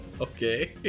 Okay